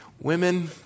Women